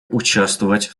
участвовать